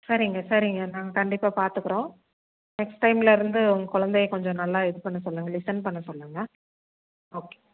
சரிங்க சரிங்க நாங்கள் கண்டிப்பாக பாத்துக்குறோம் நெக்ஸ்ட் டைம்லருந்து உங்க கொழந்தைய கொஞ்சம் நல்லா இது பண்ண சொல்லுங்க லிசன் பண்ண சொல்லுங்க ஓகே